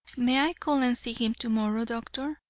may i call and see him tomorrow, doctor?